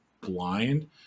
blind